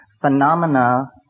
phenomena